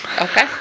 Okay